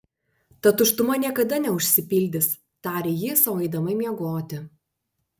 ta tuštuma niekada neužsipildys tarė ji sau eidama miegoti